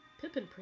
Pippin